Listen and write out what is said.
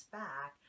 back